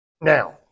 Now